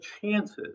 chances